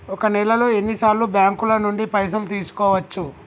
ఒక నెలలో ఎన్ని సార్లు బ్యాంకుల నుండి పైసలు తీసుకోవచ్చు?